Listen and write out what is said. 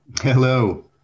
Hello